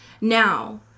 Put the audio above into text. Now